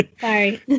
Sorry